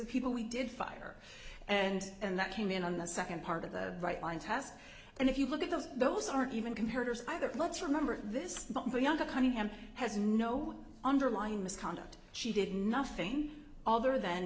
are people we did fire and and that came in on the second part of the right line task and if you look at those those aren't even can hurt us either let's remember this younger cunningham has no underlying misconduct she did nothing other than